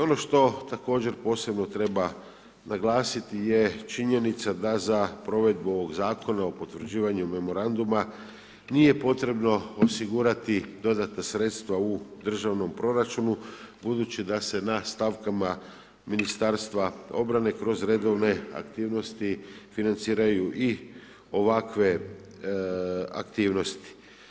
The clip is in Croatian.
Ono što također posebno treba naglasiti je činjenica da za provedbu ovog Zakona o potvrđivanju memoranduma nije potrebno osigurati dodatna sredstva u državnom proračunu budući da se na stavkama Ministarstva obrane kroz redovne aktivnosti financiraju i ovakve aktivnosti.